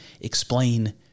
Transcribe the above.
explain